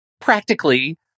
practically